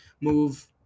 move